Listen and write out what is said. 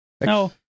No